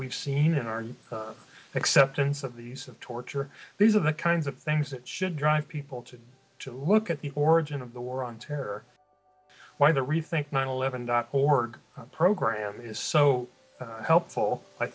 we've seen in our acceptance of the use of torture these are the kinds of things that should drive people to to look at the origin of the war on terror why the rethink nine eleven dot org program is so helpful i